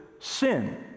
sin